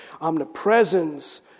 omnipresence